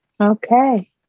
okay